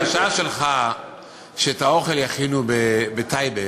לבקשה שלך שאת האוכל יכינו בטייבה.